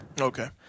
okay